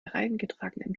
hereingetragenem